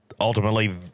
ultimately